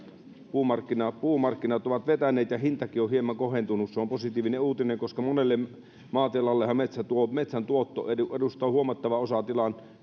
puumarkkinat puumarkkinat ovat vetäneet ja hintakin on hieman kohentunut se on positiivinen uutinen koska monelle maatilallehan metsän tuotto edustaa huomattavaa osaa tilan